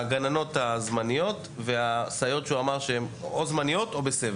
הגננות הזמניות והסייעות שהוא אמר עליהן שהן או זמניות או בסבב.